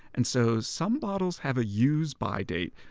and so some bottles have a use by date.